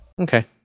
okay